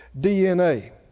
DNA